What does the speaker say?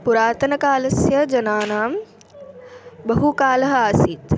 पुरातनकालस्य जनानां बहुकालः आसीत्